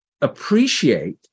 appreciate